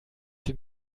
den